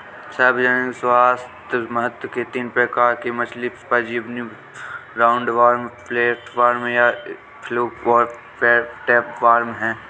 सार्वजनिक स्वास्थ्य महत्व के तीन प्रकार के मछली परजीवी राउंडवॉर्म, फ्लैटवर्म या फ्लूक और टैपवार्म है